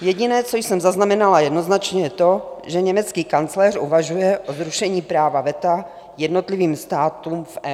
Jediné, co jsem zaznamenala jednoznačně, je to, že německý kancléř uvažuje o zrušení práva veta jednotlivým státům v EU.